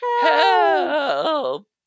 Help